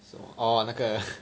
什么 oh 那个